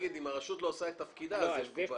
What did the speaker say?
הרשות המקומית לא עושה את תפקידה אז יש בעיה.